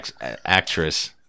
actress